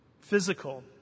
Physical